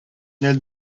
nel